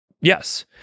Yes